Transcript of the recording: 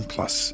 Plus